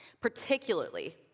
particularly